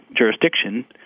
jurisdiction